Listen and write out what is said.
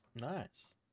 Nice